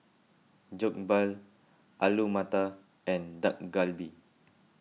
Jokbal Alu Matar and Dak Galbi